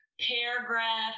paragraph